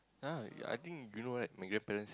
uh yea I think you know right my grandparents